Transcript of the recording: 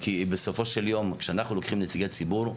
כי בסופו של יום כשאנחנו לוקחים נציגי ציבור,